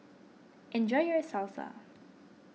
enjoy your Salsa